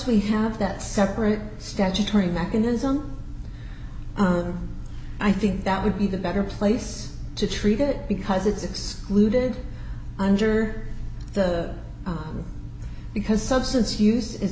we have that separate statutory mechanism i think that would be the better place to treat it because it's excluded under the because substance use is